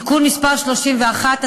(תיקון מס' 31),